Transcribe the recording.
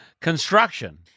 Construction